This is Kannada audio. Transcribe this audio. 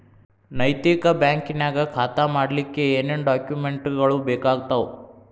ನೈತಿಕ ಬ್ಯಾಂಕ ನ್ಯಾಗ್ ಖಾತಾ ಮಾಡ್ಲಿಕ್ಕೆ ಏನೇನ್ ಡಾಕುಮೆನ್ಟ್ ಗಳು ಬೇಕಾಗ್ತಾವ?